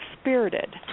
Spirited